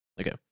Okay